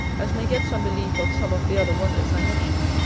as may get some belief of some of the other wonders i mentioned.